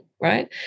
right